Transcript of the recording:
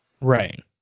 Right